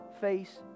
face